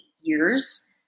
years